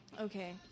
Okay